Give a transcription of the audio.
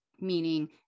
meaning